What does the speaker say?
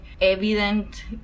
evident